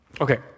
Okay